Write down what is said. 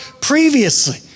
previously